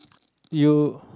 you